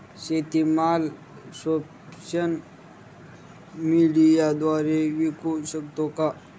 शेतीमाल सोशल मीडियाद्वारे विकू शकतो का?